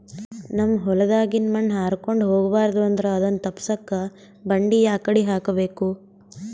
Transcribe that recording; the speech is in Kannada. ನಮ್ ಹೊಲದಾಗಿನ ಮಣ್ ಹಾರ್ಕೊಂಡು ಹೋಗಬಾರದು ಅಂದ್ರ ಅದನ್ನ ತಪ್ಪುಸಕ್ಕ ಬಂಡಿ ಯಾಕಡಿ ಹಾಕಬೇಕು?